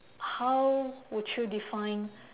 how would you define